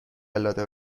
قلاده